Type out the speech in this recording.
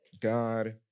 God